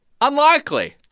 Unlikely